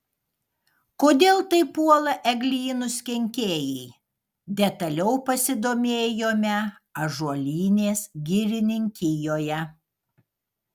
kodėl taip puola eglynus kenkėjai detaliau pasidomėjome ąžuolynės girininkijoje